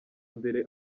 mbere